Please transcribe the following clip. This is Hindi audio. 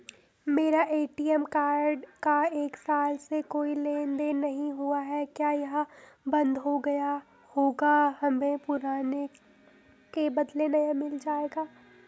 मेरा ए.टी.एम कार्ड का एक साल से कोई लेन देन नहीं हुआ है क्या यह बन्द हो गया होगा हमें पुराने के बदलें नया मिल जाएगा?